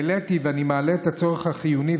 העליתי ואני מעלה את הצורך החיוני,